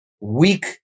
weak